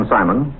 Simon